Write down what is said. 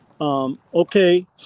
Okay